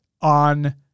on